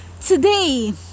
Today